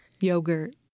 Yogurt